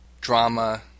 drama